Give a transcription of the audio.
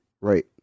Right